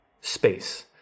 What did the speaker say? space